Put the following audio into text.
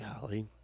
Golly